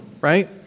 right